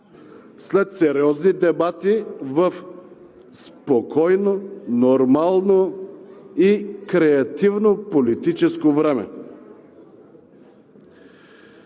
след сериозни дебати в спокойно, нормално и креативно политическо време.